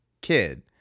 kid